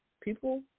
people